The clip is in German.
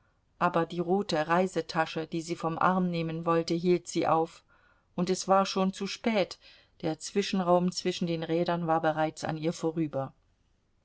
aber die rote reisetasche die sie vom arm nehmen wollte hielt sie auf und es war schon zu spät der zwischenraum zwischen den rädern war bereits an ihr vorüber